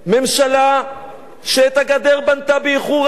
ממשלה שאת הגדר בנתה באיחור רב,